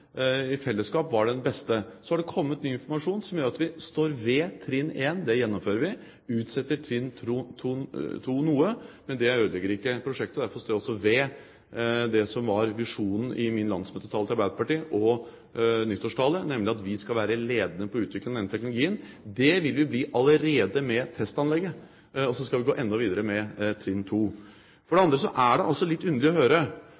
var den beste. Så er det kommet ny informasjon som gjør at vi står ved trinn 1 – det gjennomfører vi – og utsetter trinn 2 noe, men det ødelegger ikke prosjektet. Derfor står jeg også ved det som var visjonen i min landsmøtetale til Arbeiderpartiet og i nyttårstalen, nemlig at vi skal være ledende på å utvikle denne teknologien. Det vil vi bli allerede med testanlegget, og så skal vi gå videre med trinn 2. Så er det litt underlig å høre